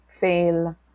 fail